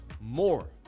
more